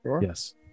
Yes